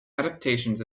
adaptations